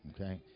okay